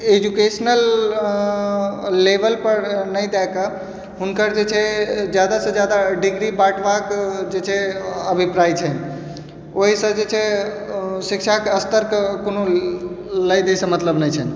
educational level पर नहि दै कऽ हुनकर जे छै जादा सँ जादा डिग्री बाँटवाक जे छै अभिप्राय छै ओहिसँ जे छै शिक्षाके स्तरके कोनो लय दयसँ मतलब नहि छै